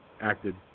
acted